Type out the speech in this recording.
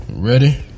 Ready